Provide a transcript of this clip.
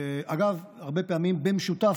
אגב, הרבה פעמים במשותף,